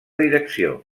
direcció